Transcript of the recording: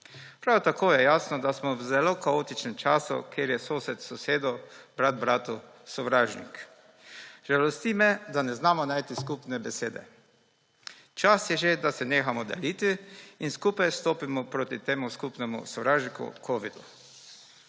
Prav tako je jasno, da smo v zelo kaotičnem času, kjer je sosed sosedu, brat bratu sovražnik. Žalosti me, da ne znamo najti skupne besede. Čas je že, da se nehamo deliti in skupaj stopimo proti temu skupnemu sovražniku covidu.